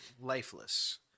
lifeless